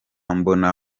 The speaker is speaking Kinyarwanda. mbona